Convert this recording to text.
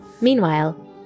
Meanwhile